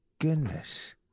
goodness